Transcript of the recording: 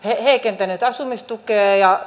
heikentänyt asumistukea ja